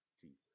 Jesus